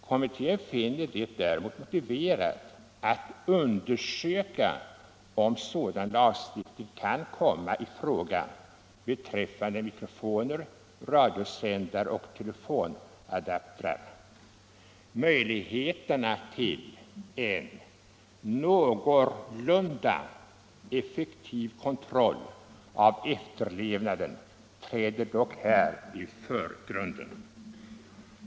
Kommittén finner det däremot motiverat att undersöka om sådan lagstiftning kan komma i fråga beträffande mikrofoner, radiosändare och telefonadaptrar. Möjligheterna till en någorlunda effektiv kontroll av efterlevnaden träder dock här i förgrunden.